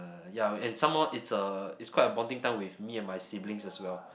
ya and some more it's a it's quite a bonding time with me and my siblings as well